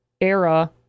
era